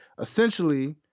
essentially